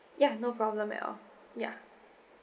ya no problem at all ya